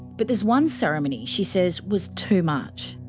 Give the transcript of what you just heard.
but there's one ceremony she says was too much.